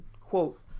quote